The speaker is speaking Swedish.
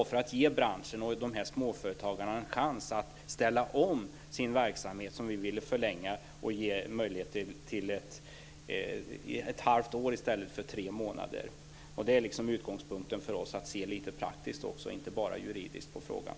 För att ge branschen och småföretagarna en chans att ställa om sin verksamhet vill vi förlänga och ge ett halvår i stället för tre månader. Det är utgångspunkten för oss - att se lite praktiskt också, inte bara juridiskt, på frågan.